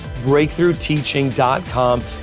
BreakthroughTeaching.com